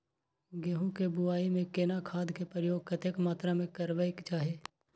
गेहूं के बुआई में केना खाद के प्रयोग कतेक मात्रा में करबैक चाही?